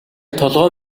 толгой